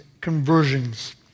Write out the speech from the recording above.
conversions